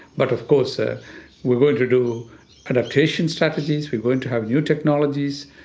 but of course ah we're going to do adaptation strategies, we're going to have new technologies.